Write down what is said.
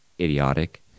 idiotic